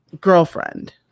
girlfriend